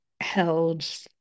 held